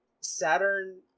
Saturn